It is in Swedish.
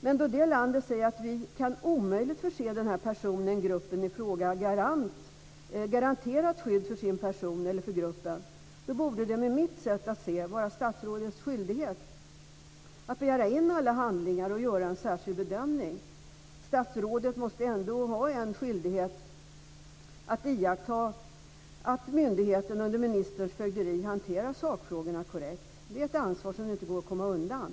Men då det landet säger att man omöjligt kan förse personen eller gruppen i fråga garanterat skydd, då borde det med mitt sätt att se vara statsrådets skyldighet att begära in alla handlingar och göra en särskild bedömning. Statsrådet måste ändå ha en skyldighet att iaktta att myndigheten under ministerns fögderi hanterar sakfrågorna korrekt. Det är ett ansvar som inte går att komma undan.